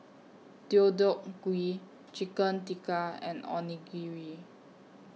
Deodeok Gui Chicken Tikka and Onigiri